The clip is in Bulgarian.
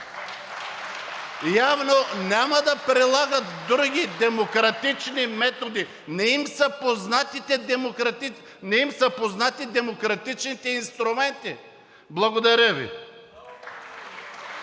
явно няма да прилагат други демократични методи, не им са познати демократичните инструменти. Благодаря Ви.